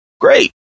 Great